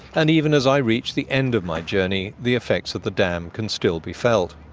and even as i reach the end of my journey, the effects of the dam can still be felt.